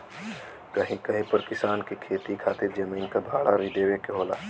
कहीं कहीं पर किसान के खेती खातिर जमीन क भाड़ा भी देवे के होला